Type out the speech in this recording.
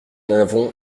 avons